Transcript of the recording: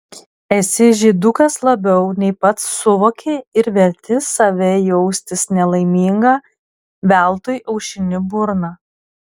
esi žydukas labiau nei pats suvoki ir verti save jaustis nelaimingą veltui aušini burną